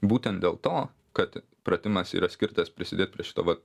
būtent dėl to kad pratimas yra skirtas prisidėt prie šito vat